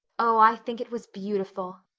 oh, i think it was beautiful!